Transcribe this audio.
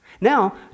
Now